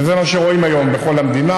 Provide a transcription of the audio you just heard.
וזה מה שרואים היום בכל המדינה.